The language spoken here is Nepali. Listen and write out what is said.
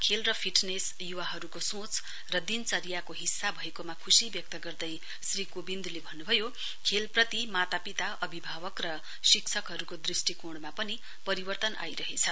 खेल र फिटनेस युवाहरुको संच र दिनचर्चाको हिस्सा भएकोमा खुशी व्यक्त गर्दै श्री कोविन्दले भन्नुभयो खेलप्रति मातापिता अभिभावक र शिक्षकहरुको दृष्टिकोणमा पनि परिवर्तन आइरहेछ